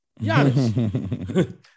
Giannis